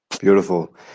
Beautiful